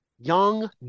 Young